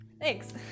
Thanks